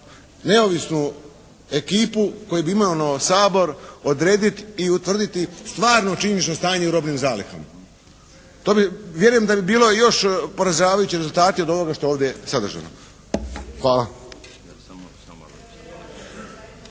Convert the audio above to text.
neovisnu ekipu koju bi imenovao Sabor odrediti i utvrditi stvarno činjenično stanje u robnim zalihama. To bi, vjerujem da bi bilo još poražavajući rezultati od ovoga što je ovdje sadržano. Hvala.